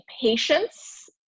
patience